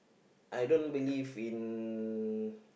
I don't believe in